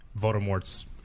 Voldemort's